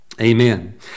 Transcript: Amen